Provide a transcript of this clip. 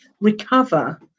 recover